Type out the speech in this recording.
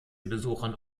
besuchern